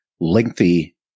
lengthy